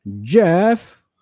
jeff